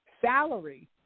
salary